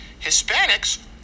Hispanics